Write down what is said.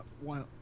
One